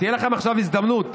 תהיה לכם עכשיו הזדמנות,